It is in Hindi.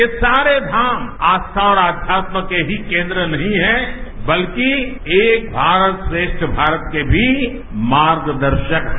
ये सारे घाम आस्था और आध्याल के ही केन्द्र नही है बल्कि एक भारत और श्रेष्ठ भारत के भी मार्गदर्शक है